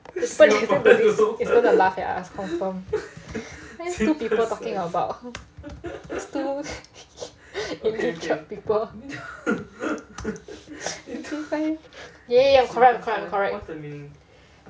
later they later they going to laugh at us confirm this two people talking about this two english bad people !yay! I'm correct I'm correct I'm correct